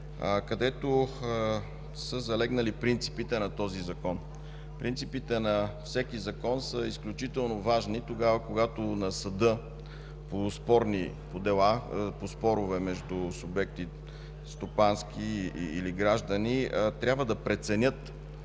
където са залегнали принципите на този Закон. Принципите на всеки закон са изключително важни, когато съдът по спорни дела, по спорове между стопански и граждански субекти трябва да прецени